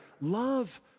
Love